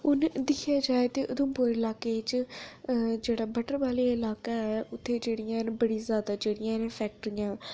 हून दिक्खेआ जाए ते उधमपुर लाके च जेह्ड़ा बट्टलबालियां लाका ऐ उत्थै जेह्ड़ियां हैन बड़ी जैदा जेह्डियां हैन फैक्टरियां